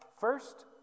First